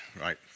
right